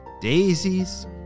daisies